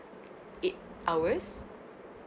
eight hours